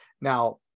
Now